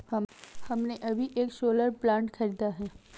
हमने अभी एक सोलर प्लांट खरीदा है